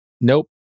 nope